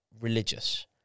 religious